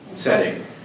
setting